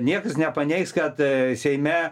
niekas nepaneigs kad seime